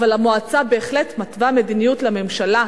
אבל המועצה בהחלט מתווה מדיניות לממשלה.